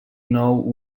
nou